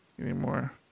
anymore